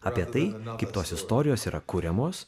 apie tai kaip tos istorijos yra kuriamos